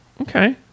Okay